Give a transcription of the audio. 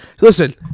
Listen